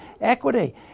Equity